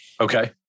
Okay